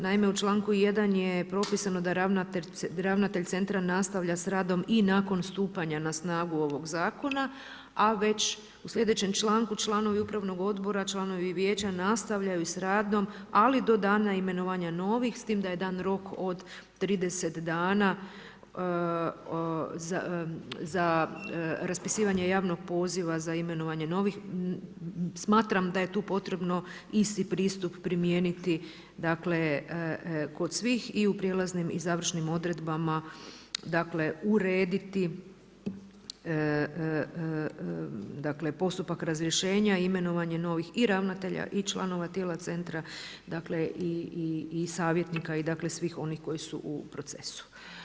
Naime, u članku 1. je propisano da ravnatelj centra nastavlja s radom i nakon stupanja na snagu ovog zakona, a već u sljedećem članku članovi upravnog odbora, članovi vijeća nastavljaju s radom, ali do dana imenovanja novih, s tim da je dan rok od 30 dana za raspisivanje javnog poziva za imenovanje novih, smatram da je tu potrebno isti pristup primijeniti kod svih i u prijelaznim i završnim odredbama, dakle urediti postupak razrješenja i imenovanje novih i ravnatelja i članova tijela centra, dakle i savjetnika i svih onih koji su u procesu.